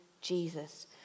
Jesus